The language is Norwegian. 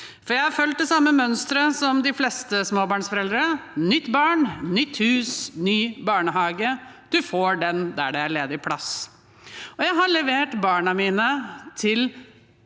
Jeg har fulgt det samme mønsteret som de fleste småbarnsforeldre: Nytt barn, nytt hus, ny barnehage – du får den der det er ledig plass. Jeg har levert barna mine til